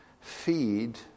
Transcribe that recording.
feed